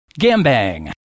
Gambang